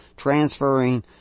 transferring